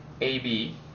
AB